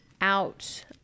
out